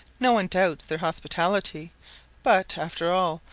no one doubts their hospitality but, after all,